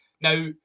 Now